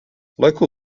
local